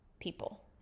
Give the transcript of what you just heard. people